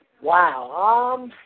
Wow